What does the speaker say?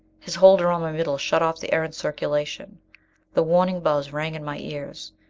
his hold around my middle shut off the erentz circulation the warning buzz rang in my ears,